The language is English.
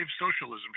socialism